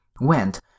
went